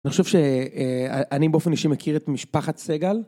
אני חושב שאני באופן אישי מכיר את משפחת סגל